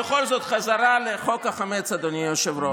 בכל זאת, בחזרה לחוק החמץ, אדוני היושב-ראש.